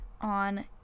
on